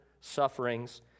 sufferings